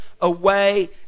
away